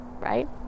Right